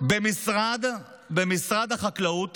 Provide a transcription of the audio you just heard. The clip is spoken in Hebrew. במשרד החקלאות